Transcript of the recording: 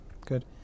Good